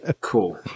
Cool